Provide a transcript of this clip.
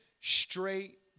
straight